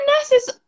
nurses